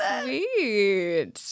sweet